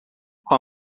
com